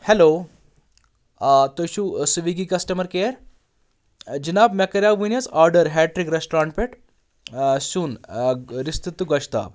hello آ تُہۍ چھُو سِوِیٖگی کسٹمر کیر جناب مےٚ کَریو وۄنۍ حظ آرڈر ہیٹرِک رٮ۪سٹورنٹ پٮ۪ٹھ آ سیُن آ رستہٕ تہِ گۄشتاب